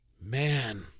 Man